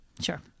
Sure